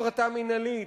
הפרטה מינהלית,